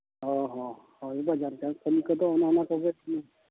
ᱚ ᱦᱚᱸ ᱦᱳᱭ ᱵᱟᱡᱟᱨ ᱠᱟᱹᱢᱤ ᱠᱚᱫᱚ ᱚᱱᱮ ᱚᱱᱟ ᱠᱚᱜᱮ ᱠᱚ